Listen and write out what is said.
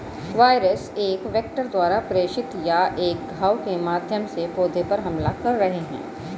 virus एक vector द्वारा प्रेषित या एक घाव के माध्यम से पौधे पर हमला कर रहे हैं